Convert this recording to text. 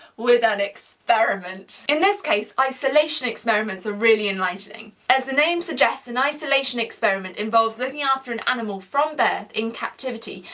with an experiment. in this case isolation experiments are really enlightening. as the name suggests, an isolation experiment involves looking after an animal from birth in captivity.